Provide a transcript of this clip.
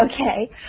okay